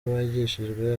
bigishijwe